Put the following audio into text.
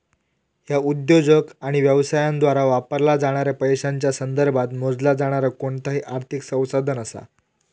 ह्या उद्योजक आणि व्यवसायांद्वारा वापरला जाणाऱ्या पैशांच्या संदर्भात मोजला जाणारा कोणताही आर्थिक संसाधन असा